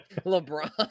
LeBron